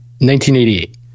1988